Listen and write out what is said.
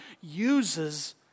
uses